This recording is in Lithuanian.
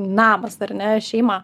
namas ar ne šeima